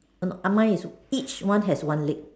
err no ah mine is each one has one leg